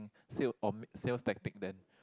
sale or ma~ sales tactic then